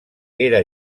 era